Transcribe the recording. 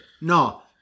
no